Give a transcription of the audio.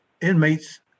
inmates